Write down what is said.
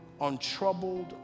untroubled